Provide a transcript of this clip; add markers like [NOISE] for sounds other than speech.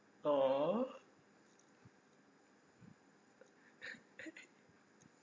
orh [LAUGHS]